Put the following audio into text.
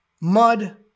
mud